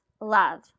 love